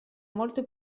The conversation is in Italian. molto